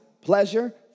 pleasure